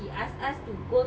she asked us to go